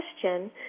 question